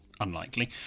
Unlikely